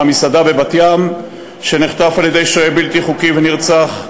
שעבד במסעדה בבת-ים ונחטף על-ידי שוהה בלתי חוקי ונרצח,